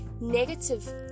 negative